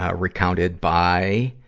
ah recounted by